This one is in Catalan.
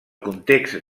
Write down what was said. context